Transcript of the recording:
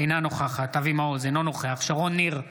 אינה נוכחת אבי מעוז, אינו נוכח שרון ניר,